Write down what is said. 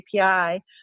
API